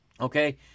Okay